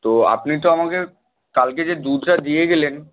তো আপনি তো আমাকে কালকে যে দুধটা দিয়ে গেলেন